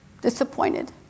disappointed